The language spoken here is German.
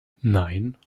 nein